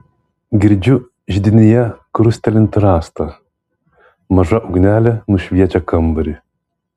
girdžiu židinyje krustelint rastą maža ugnelė nušviečia kambarį